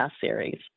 series